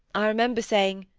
i remember saying,